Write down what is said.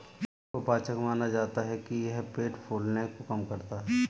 हींग को पाचक माना जाता है कि यह पेट फूलने को कम करता है